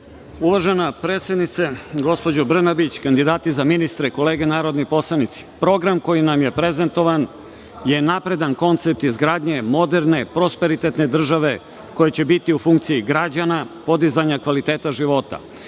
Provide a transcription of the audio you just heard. Uvažena predsednice, gospođo Brnabić, kandidati za ministre, kolege narodni poslanici, program koji nam je prezentovan je napredan koncept izgradnje moderne, prosperitetne države koja će biti u funkciji građana, podizanja kvaliteta života.Za